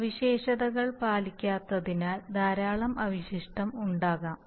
സവിശേഷതകൾ പാലിക്കാത്തതിനാൽ ധാരാളം അവശിഷ്ടം ഉണ്ടാവാം